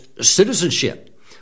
citizenship